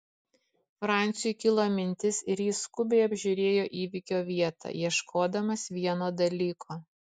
franciui kilo mintis ir jis skubiai apžiūrėjo įvykio vietą ieškodamas vieno dalyko